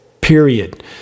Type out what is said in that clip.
period